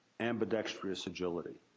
ambidextrous agility.